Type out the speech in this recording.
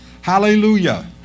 Hallelujah